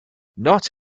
not